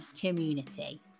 community